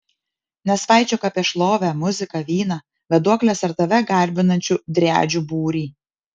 nesvaičiok apie šlovę muziką vyną vėduokles ar tave garbinančių driadžių būrį